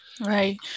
Right